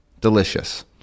delicious